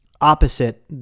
opposite